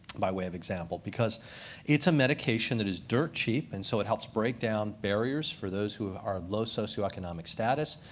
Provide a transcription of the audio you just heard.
by way of example. because it's a medication that is dirt cheap, and so it helps break down barriers for those who are of low socioeconomic status.